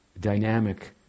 dynamic